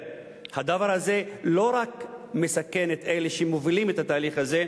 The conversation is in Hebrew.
הדבר הזה לא רק מסכן את אלה שמובילים את התהליך הזה,